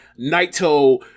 Naito